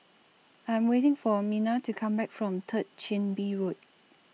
I Am waiting For Minna to Come Back from Third Chin Bee Road